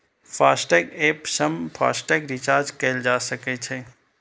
FASTag app सं FASTag recharge कैल जा सकै छै